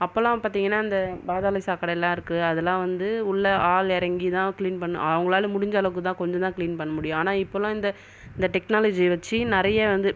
அப்போல்லாம் பார்த்தீங்கன்னா இந்த பாதாள சாக்கடைலா இருக்குது அதெல்லாம் வந்து உள்ள ஆள் ஏறங்கி தான் கிளீன் பண்ண அவங்களால் முடிஞ்ச அளவுக்கு தான் கொஞ்சம்தான் கிளீன் பண்ண முடியும் ஆனால் இப்பெல்லாம் இந்த இந்த டெக்னாலஜியா வச்சு நிறைய வந்து